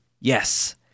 Yes